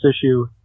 issue